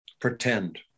pretend